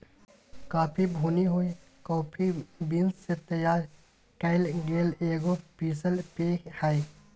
coffee भुनी हुई coffee beans से तैयार कइल गेल एगो पीसल पेय हइ